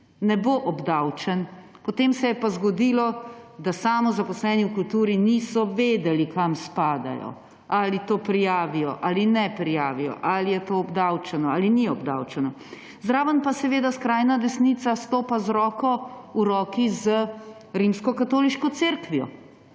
ne bo obdavčen, potem se je pa zgodilo, da samozaposleni v kulturi niso vedeli, kam spadajo: ali to prijavijo ali ne prijavijo, ali je to obdavčeno ali ni obdavčeno. Zraven pa seveda skrajna desnica stopa z roko v roki z Rimskokatoliško cerkvijo,